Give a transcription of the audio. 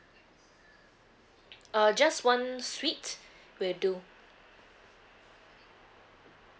uh just one suite will do